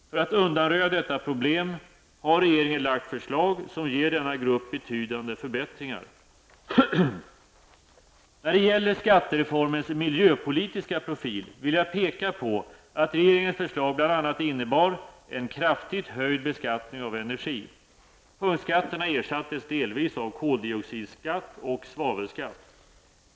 För att undanröja detta problem har regeringen lagt fram förslag som ger denna grupp betydande förbättringar. När det gäller skattereformens miljöpolitiska profil vill jag peka på att regeringens förslag bl.a. innebar en kraftigt höjd beskattning av energi. Punktskatterna ersattes delvis av koldioxidskatt och svavelskatt.